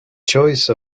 choice